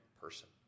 person